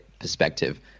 perspective